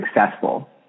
successful